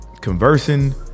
conversing